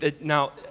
Now